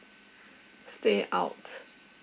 stay out